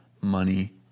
money